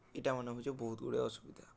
ଇ'ଟାମାନେ ହେଉଛେ ବହୁତ୍ଗୁଡ଼େ ଅସୁବିଧା